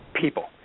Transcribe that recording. people